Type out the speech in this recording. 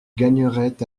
gagnerait